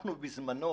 בזמנו,